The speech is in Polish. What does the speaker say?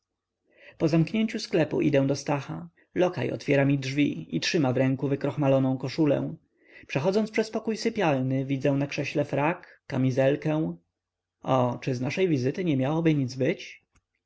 po zamknięciu sklepu idę do stacha lokaj otwiera mi drzwi i trzyma w ręku wykrochmaloną koszulę przechodząc przez pokój sypialny widzę na krześle frak kamizelkę oj czy z naszej wizyty nie miałoby nic być